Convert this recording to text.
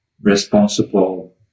responsible